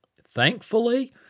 Thankfully